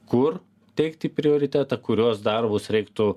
kur teikti prioritetą kuriuos darbus reiktų